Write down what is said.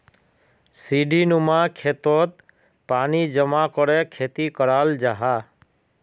सीढ़ीनुमा खेतोत पानी जमा करे खेती कराल जाहा